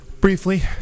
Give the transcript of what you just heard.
Briefly